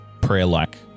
prayer-like